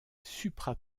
supra